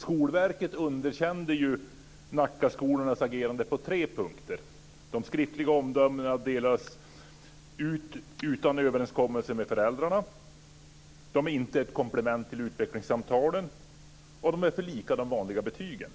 Skolverket underkände ju Nackaskolornas agerande på tre punkter: De skriftliga omdömena delas ut utan överenskommelse med föräldrarna, de är inte ett komplement till utvecklingssamtalen, de är för lika de vanliga betygen.